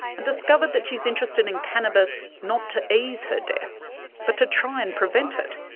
and discovered that she's interested in cannabis not to ease her death but to try and prevent it.